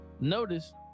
Notice